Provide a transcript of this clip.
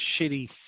shitty